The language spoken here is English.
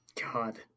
God